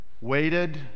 waited